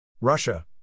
Russia